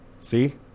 See